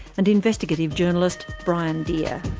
and investigative journalist, brian deer.